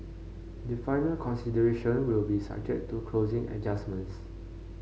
the final consideration will be subject to closing adjustments